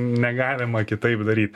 negalima kitaip daryt